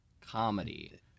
comedy